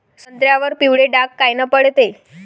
संत्र्यावर पिवळे डाग कायनं पडते?